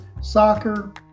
soccer